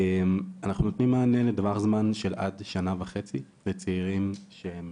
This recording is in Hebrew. אנחנו נותנים מענה לטווח זמן של עד שנה וחצי לצעירים שהם